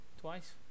Twice